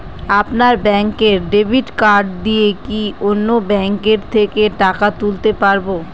আপনার ব্যাংকের debit card দিয়ে কি অন্য ব্যাংকের থেকে টাকা তুলতে পারবো?